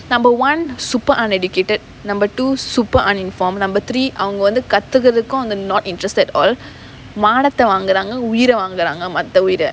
number one super uneducated number two super uninformed number three அவங்க வந்து கத்துகறதுக்கும்:avanga vanthu kathukarathukkum not interested at all மானத்த வாங்குறாங்க உயிர வாங்குறாங்க மத்த உயிர:manatha vaanguraanga uyira vaanguraanga maththa uyira